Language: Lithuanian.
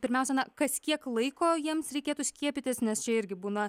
pirmiausia na kas kiek laiko jiems reikėtų skiepytis nes čia irgi būna